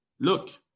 look